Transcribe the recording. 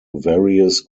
various